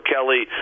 Kelly